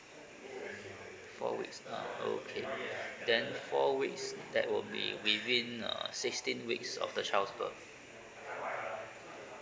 four weeks ah okay then four weeks that will be within uh sixteen weeks of the child's birth